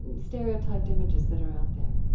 and stereotyped images that are out there.